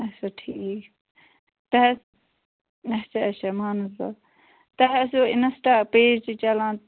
اَچھا ٹھیٖک تۄہہِ حظ اَچھا اَچھا مانسبل تۄہہِ آسیو اِنسٹا پیج تہِ چَلان